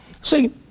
See